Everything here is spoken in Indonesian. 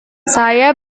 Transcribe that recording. saya